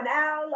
now